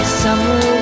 summer